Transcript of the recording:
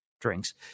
drinks